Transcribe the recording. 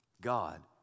God